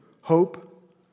hope